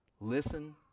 Listen